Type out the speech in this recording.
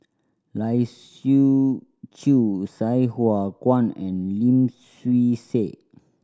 Lai Siu Chiu Sai Hua Kuan and Lim Swee Say